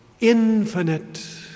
infinite